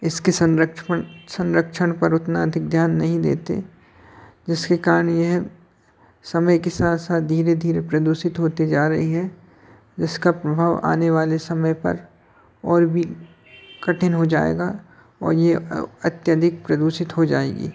इसके संरक्षण संरक्षण पर उतना अधिक ध्यान नहीं देते जिसके कारण यह समय के साथ साथ धीरे धीरे प्रदूषित होती जा रही है जिसका प्रभाव आने वाले समय पर और भी कठिन हो जाएगा और यह अत्यधिक प्रदूषित हो जाएगी